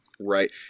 Right